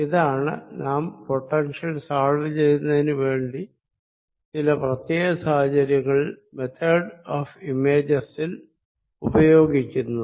ഇതാണ് നാം potential solve ചെയ്യുന്നതിന് വേണ്ടി ചില പ്രത്യേക സാഹചര്യങ്ങളിൽ മെത്തേഡ് ഓഫ് ഇമേജസിൽ ഉപയോഗിക്കുന്നത്